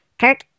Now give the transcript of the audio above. Kirk